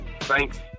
Thanks